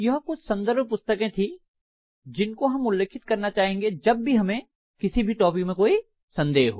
यह कुछ संदर्भ पुस्तके थी जिनको हम उल्लेखित करना चाहेंगे जब भी हमें किसी भी टॉपिक में कोई संदेह हो